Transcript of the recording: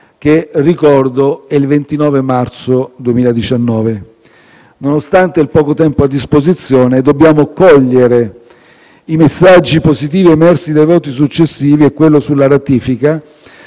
lo ricordo, è il 29 marzo 2019. Nonostante il poco tempo a disposizione, dobbiamo cogliere i messaggi positivi emersi dai voti successivi a quello sulla ratifica,